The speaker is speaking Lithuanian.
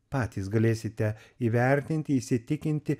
patys galėsite įvertinti įsitikinti